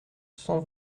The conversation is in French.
cent